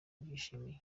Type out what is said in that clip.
babyishimiye